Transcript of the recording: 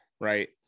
right